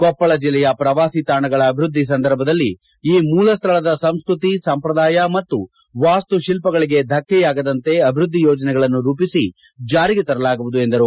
ಕೊಪ್ಪಳ ಜಿಲ್ಲೆಯ ಪ್ರವಾಸಿ ತಾಣಗಳ ಅಭಿವೃದ್ದಿ ಸಂದರ್ಭದಲ್ಲಿ ಈ ಮೂಲ ಸ್ಥಳದ ಸಂಸ್ಕೃತಿ ಸಂಪ್ರದಾಯ ಮತ್ತು ವಾಸ್ತುತಿಲ್ಲಗಳಿಗೆ ಧಕ್ಕೆಯಾಗದಂತೆ ಅಭಿವೃದ್ಧಿ ಯೋಜನೆಗಳನ್ನು ರೂಪಿಸಿ ಜಾರಿಗೆ ತರಲಾಗುವುದು ಎಂದರು